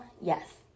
yes